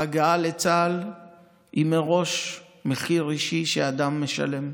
ההגעה לצה"ל היא מראש מחיר אישי שאדם משלם.